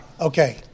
Okay